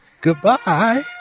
Goodbye